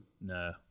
No